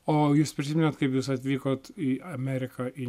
o jūs prisimenat kaip jūs atvykot į ameriką į